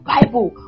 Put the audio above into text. Bible